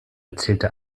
erzielte